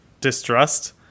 distrust